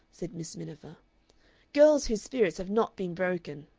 said miss miniver girls whose spirits have not been broken!